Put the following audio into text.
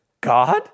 God